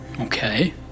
Okay